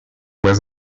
with